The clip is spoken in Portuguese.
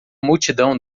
multidão